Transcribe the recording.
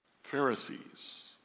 Pharisees